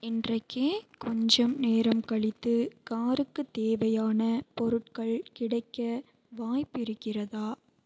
இன்றைக்கே கொஞ்சம் நேரம் கழித்து காருக்கு தேவையான பொருட்கள் கிடைக்க வாய்ப்பு இருக்கிறதா